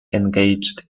engaged